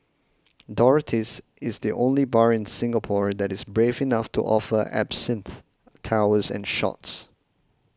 Dorothy's is the only bar in Singapore that is brave enough to offer Absinthe towers and shots